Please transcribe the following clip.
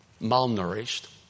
malnourished